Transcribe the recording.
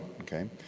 okay